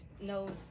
knows